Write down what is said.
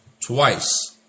twice